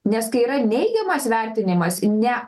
nes kai yra neigiamas vertinimas ne